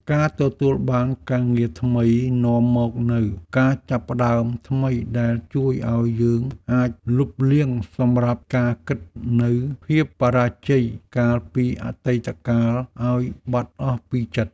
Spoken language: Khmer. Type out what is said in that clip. ការទទួលបានការងារថ្មីនាំមកនូវការចាប់ផ្ដើមថ្មីដែលជួយឱ្យយើងអាចលុបលាងសម្រាប់ការគិតនូវភាពបរាជ័យកាលពីអតីតកាលឱ្យបាត់អស់ពីចិត្ត។